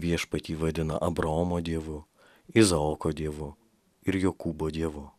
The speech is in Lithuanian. viešpatį vadina abraomo dievu izaoko dievu ir jokūbo dievu